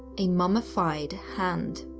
a mummified hand.